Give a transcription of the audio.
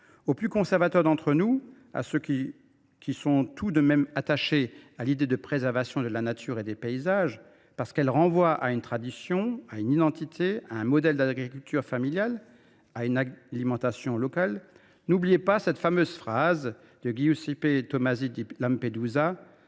Aux plus conservateurs d’entre nous, à ceux qui demeurent attachés à la préservation de la nature et des paysages, qui renvoie à une tradition, à une identité, à un modèle d’agriculture familiale, à une alimentation locale, je demande de ne pas oublier cette fameuse phrase de Giuseppe Tomasi di Lampedusa